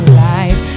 life